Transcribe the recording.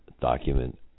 Document